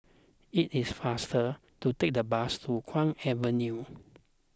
it is faster to take the bus to Kwong Avenue